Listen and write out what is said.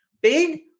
Big